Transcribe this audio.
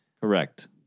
Correct